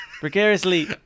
Precariously